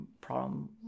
problem